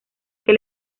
que